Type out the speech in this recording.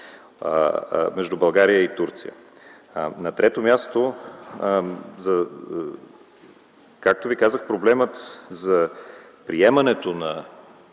между България и Турция. На трето място, както Ви казах, проблемът за приемането на